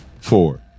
four